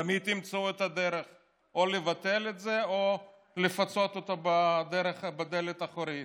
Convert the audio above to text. הם תמיד ימצאו את הדרך לבטל את זה או לפצות אותם בדלת האחורית.